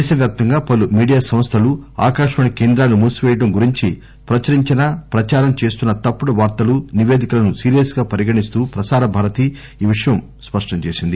దేశ వ్యాప్తంగా పలు మీడియా సంస్దలు ఆకాశవాణి కేంద్రాలను మూసిపేయడం గురించిన ప్రచురించిన ప్రచారం చేస్తున్న తప్పుడు వార్తలు నిపేదికలను సీరియస్ గా పరిగణిస్తూ ప్రసార భారతి ఈ విషయాన్ని స్పష్టం చేసింది